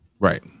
Right